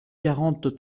quarante